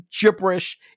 gibberish